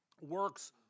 works